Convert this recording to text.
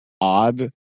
odd